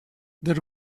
there